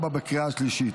2024, בקריאה השלישית.